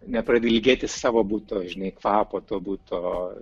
nepradedi ilgėtis savo buto nei kvapo to buto